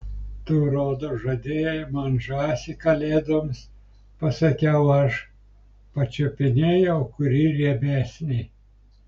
tu rodos žadėjai man žąsį kalėdoms pasakiau aš pačiupinėjau kuri riebesnė